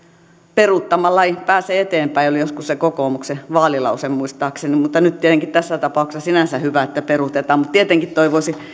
peruuttamalla ei pääse eteenpäin oli joskus kokoomuksen vaalilause muistaakseni nyt tietenkin tässä tapauksessa on sinänsä hyvä että peruutetaan mutta tietenkin toivoisi